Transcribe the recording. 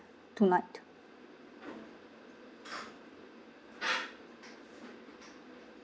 tonight